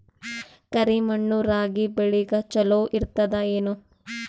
ಕರಿ ಮಣ್ಣು ರಾಗಿ ಬೇಳಿಗ ಚಲೋ ಇರ್ತದ ಏನು?